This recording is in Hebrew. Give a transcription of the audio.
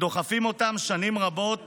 שדוחפים אותם שנים רבות